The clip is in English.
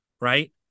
right